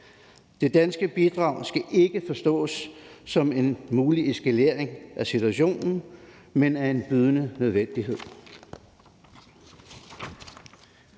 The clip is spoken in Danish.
Det danske bidrag skal ikke forstås som en mulig eskalering af situationen, men er en bydende nødvendighed.